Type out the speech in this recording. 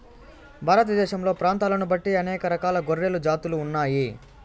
భారతదేశంలో ప్రాంతాలను బట్టి అనేక రకాల గొర్రెల జాతులు ఉన్నాయి